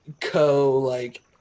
co-like –